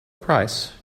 price